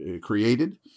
created